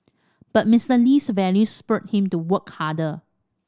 but Mister Lee's values spurred him to work harder